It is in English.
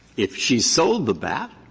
if she sold the bat,